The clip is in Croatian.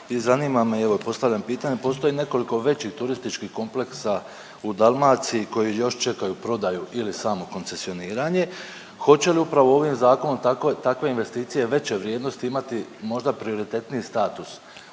zanima me evo postavljam pitanje, postoje nekoliko većih turističkih kompleksa u Dalmaciji koji još čekaju prodaju ili samo koncesioniranje, hoće li upravo ovim zakonom takve investicije veće vrijednosti, imati možda prioritetniji status